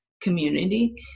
community